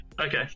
okay